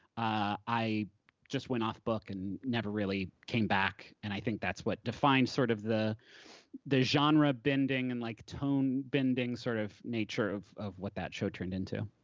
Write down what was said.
i just went off book and never really came back, and i think that's what defined sort of the the genre bending and like tone bending sort of nature of of what that show turned into.